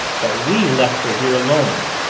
that we left her here alone.